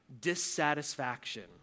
dissatisfaction